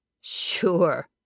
Sure